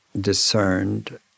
discerned